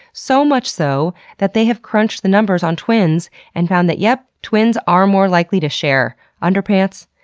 so much so that they have crunched the numbers on twins and found that yep, twins are more likely to share underpants,